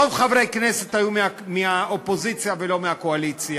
רוב חברי הכנסת היו מהאופוזיציה, לא מהקואליציה,